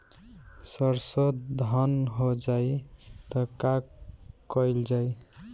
सरसो धन हो जाई त का कयील जाई?